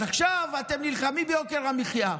אז עכשיו אתם נלחמים ביוקר המחיה.